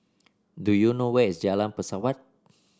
do you know where is Jalan Pesawat